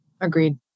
agreed